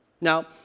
Now